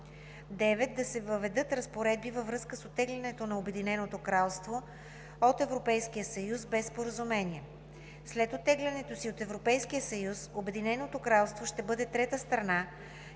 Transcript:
9. Да се въведат разпоредби във връзка с оттеглянето на Обединеното кралство от Европейския съюз без споразумение. След оттеглянето си от Европейския съюз Обединеното кралство ще бъде трета страна